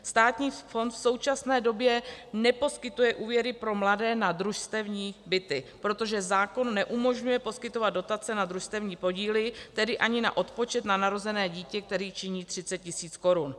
Státní fond v současné době neposkytuje úvěry pro mladé na družstevní byty, protože zákon neumožňuje poskytovat dotace na družstevní podíly, tedy ani na odpočet na narozené dítě, který činí 30 tisíc korun.